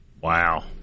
Wow